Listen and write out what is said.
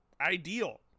ideal